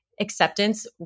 acceptance